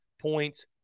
points